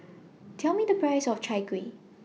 Tell Me The Price of Chai Kueh